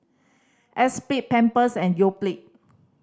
Espirit Pampers and Yoplait